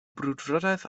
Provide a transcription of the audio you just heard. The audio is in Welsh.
brwdfrydedd